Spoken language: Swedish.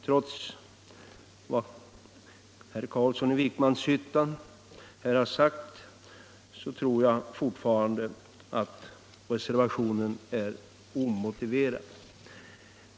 Trots vad herr Carlsson i Vikmanshyttan har sagt anser jag fortfarande att reservationen är omotiverad.